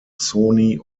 sony